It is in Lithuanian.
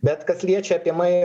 bet kas liečia apie mai